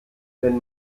wenn